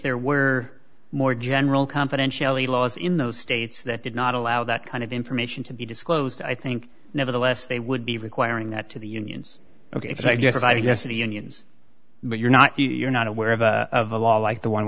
there were more general confidentiality laws in those states that did not allow that kind of information to be disclosed i think nevertheless they would be requiring that to the unions ok so i guess i guess the unions but you're not you're not aware of a law like the one